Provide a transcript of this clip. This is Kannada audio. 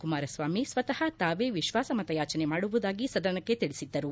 ಕುಮಾರಸ್ನಾಮಿ ಸ್ನತಃ ತಾವೇ ವಿಶ್ವಾಸಮತಯಾಚನೆ ಮಾಡುವುದಾಗಿ ಸದನಕ್ಕೆ ತಿಳಿಸದ್ದರು